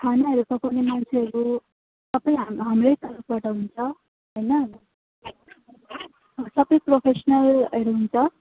खानाहरू पकाउने मान्छेहरूको सबै हा हाम्रो तर्फबाट हुन्छ होइन सबै प्रोफेस्नलहरू हुन्छ